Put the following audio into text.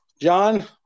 John